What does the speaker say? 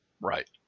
Right